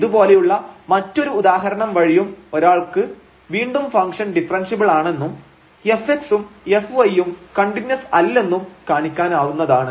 ഇതുപോലെയുള്ള മറ്റൊരു ഉദാഹരണം വഴിയും ഒരാൾക്ക് വീണ്ടും ഫംഗ്ഷൻ ഡിഫറെൻഷ്യബിൾ ആണെന്നും fx ഉം fy ഉം കണ്ടിന്യൂസ് അല്ലെന്നും കാണിക്കാനാവുന്നതാണ്